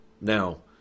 Now